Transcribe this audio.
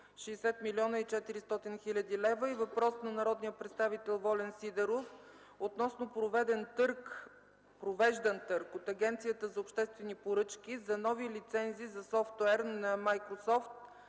60 млн. 400 хил. лв. и въпрос на народния представител Волен Сидеров относно провеждан търг от Агенцията за обществени поръчки за нови лицензи за софтуер на „Майкрософт”